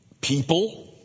people